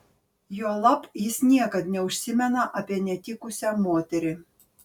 juolab jis niekad neužsimena apie netikusią moterį